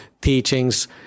teachings